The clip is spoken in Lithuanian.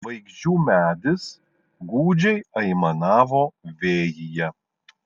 žvaigždžių medis gūdžiai aimanavo vėjyje